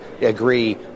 agree